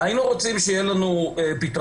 היינו רוצים שיהיה לנו פתרון,